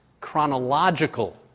chronological